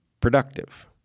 productive